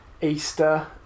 easter